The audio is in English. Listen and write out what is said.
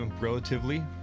relatively